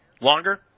longer